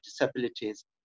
disabilities